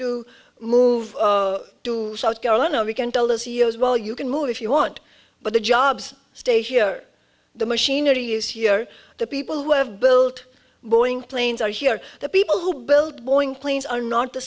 to move to south carolina we can tell the c e o s well you can move if you want but the jobs stay here the machinery is here the people who have built boeing planes are here the people who build boeing planes are not the